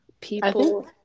people